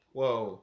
whoa